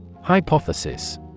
Hypothesis